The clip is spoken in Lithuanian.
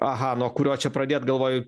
aha nuo kurio čia pradėt galvoju